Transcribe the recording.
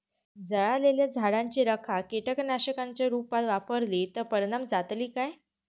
जळालेल्या झाडाची रखा कीटकनाशकांच्या रुपात वापरली तर परिणाम जातली काय?